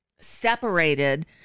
separated